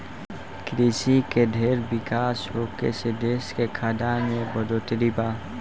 कृषि के ढेर विकास होखे से देश के खाद्यान में बढ़ोतरी बा